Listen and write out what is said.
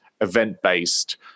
event-based